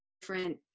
different